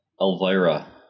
Elvira